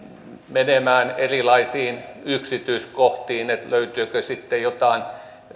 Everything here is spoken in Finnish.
menemään erilaisiin yksityiskohtiin että löytyykö sitten ehkä jotain